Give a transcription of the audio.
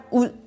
ud